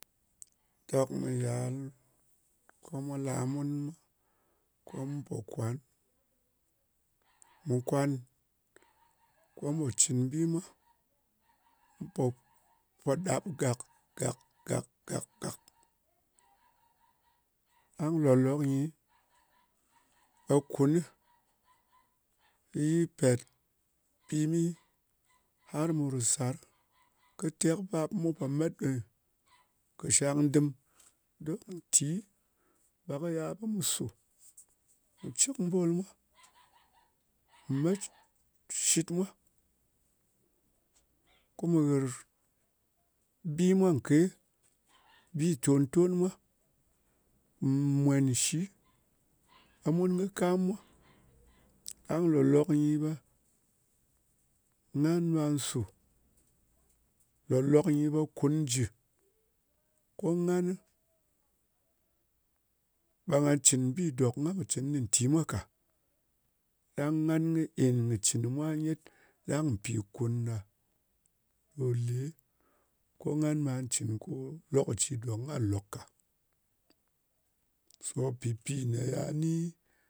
Dok mwa yal, ko mwa la mun, ko mu pò kwan, mu kwan ko mu pò cɨn bi mwa. Mu pò, po ɗap gak, gak, gak, gak, gak. ɗang lolok nyi ɓe kunɨ, yi pèt, pimi, har mu ru sar, kɨ tekbap, mu pò met ɗo nyɨ, kɨ shang dɨm. Dok nti, ɓe kɨ yal, ɓe mu su. Mù cɨk mbol mwa, mù met shit mwa, kɨ mù ghɨr bi mwa nke. Bi tòn-ton mwa. Mù mwèn nshi, ɓe mun kɨ kam mwa. Ɗang lòlok nyi, ɓe ngan ɓà su. Lòlok nyɨ ɓe kun jɨ, ko ngani, ɓe nga cɨn bi dòk nga pò cɨn kɨnɨ nti mwa ka. Ɗang ngan kɨ en kɨ cɨn kɨ mwa nyet, ɗang mpì kùn ɗa ɗo lē, ko ngan ɓà cɨn ko lokaci dòk ngan nlok ka. So pɨ pi ne ya ni,